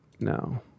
No